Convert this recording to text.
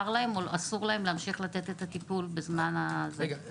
להם או אסור להם להמשיך לתת את הטיפול בזמן הקורונה.